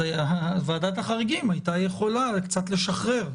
אז ועדת החריגים הייתה יכולה קצת לשחרר.